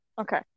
Okay